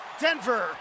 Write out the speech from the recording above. Denver